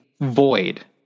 void